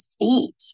feet